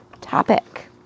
topic